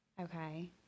Okay